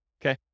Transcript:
Okay